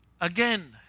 again